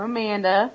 Amanda